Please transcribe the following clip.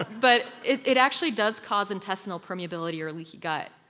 but it actually does cause intestinal permeability or leaky gut,